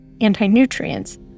anti-nutrients